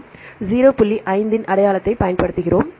5 இன் அடையாளத்தைப் பயன்படுத்துகிறோம்